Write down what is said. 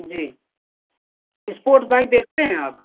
जी sport bike बेचते हैं आप